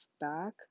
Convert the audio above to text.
back